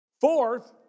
Fourth